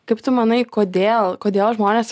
kaip tu manai kodėl kodėl žmonės